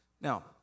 Now